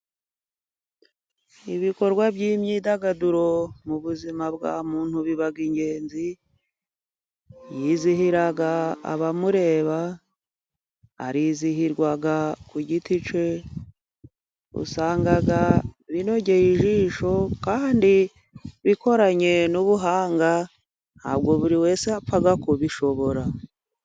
Ibikorwa by'imyidagaduro mu buzima bwa muntu, biba ingenzi yizihira abamureba arizihirwa ku giti ke, usanga binogeye ijisho kandi bikoranye n'ubuhanga ntabwo buri wese apfa kubishobora.